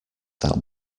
that